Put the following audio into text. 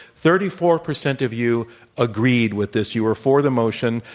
thirty four percent of you agreed with this. you were for the motion.